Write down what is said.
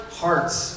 hearts